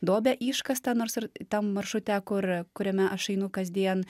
duobę iškastą nors ir tam maršrute kur kuriame aš einu kasdien